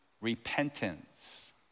repentance